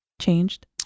changed